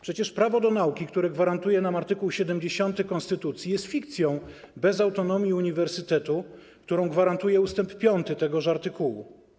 Przecież prawo do nauki, które gwarantuje nam art. 70 konstytucji, jest fikcją bez autonomii uniwersytetu, którą gwarantuje ust. 5 tegoż artykułu.